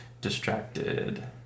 distracted